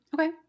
Okay